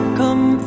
come